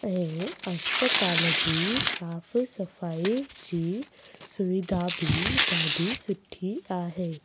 ऐं अस्पताल जी साफ़ सफ़ाई जी सुविधा बि ॾाढी सुठी आहे